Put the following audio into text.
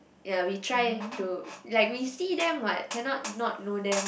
ya we try to like we see them what cannot not know them